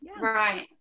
Right